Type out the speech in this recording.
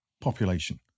Population